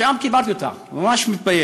שם קיבלתי אותה, ממש מתבייש.